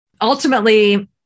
Ultimately